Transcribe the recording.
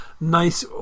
nice